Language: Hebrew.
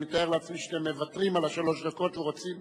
אני מתאר לעצמי שאתם מוותרים על שלוש הדקות ורוצים